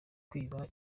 kwiba